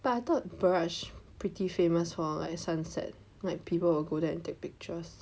but I thought Barrage pretty famous for like sunset like people will go there and take pictures